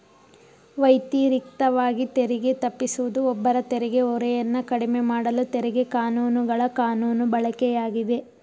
ವ್ಯತಿರಿಕ್ತವಾಗಿ ತೆರಿಗೆ ತಪ್ಪಿಸುವುದು ಒಬ್ಬರ ತೆರಿಗೆ ಹೊರೆಯನ್ನ ಕಡಿಮೆಮಾಡಲು ತೆರಿಗೆ ಕಾನೂನುಗಳ ಕಾನೂನು ಬಳಕೆಯಾಗಿದೆ